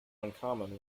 uncommon